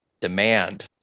demand